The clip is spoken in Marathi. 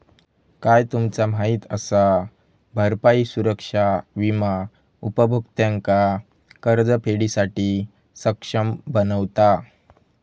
काय तुमचा माहित असा? भरपाई सुरक्षा विमा उपभोक्त्यांका कर्जफेडीसाठी सक्षम बनवता